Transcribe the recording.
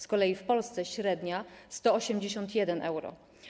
Z kolei w Polsce - średnia 181 euro.